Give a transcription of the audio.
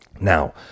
Now